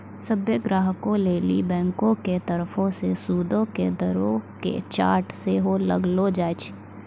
सभ्भे ग्राहको लेली बैंको के तरफो से सूदो के दरो के चार्ट सेहो लगैलो जाय छै